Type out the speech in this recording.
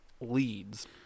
leads